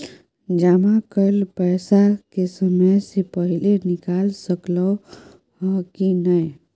जमा कैल पैसा के समय से पहिले निकाल सकलौं ह की नय?